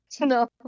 no